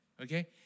Okay